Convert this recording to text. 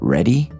Ready